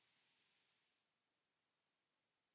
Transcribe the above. Kiitos,